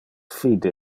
fide